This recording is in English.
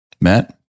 Matt